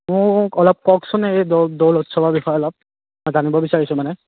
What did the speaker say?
মোক অলপ কওকচোন এই দৌল উৎসৱৰ বিষয়ে অলপ মই জানিব বিচাৰিছোঁ মানে